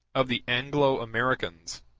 of the anglo-americans,